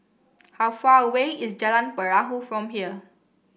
how far away is Jalan Perahu from here